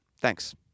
Thanks